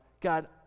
God